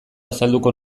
azalduko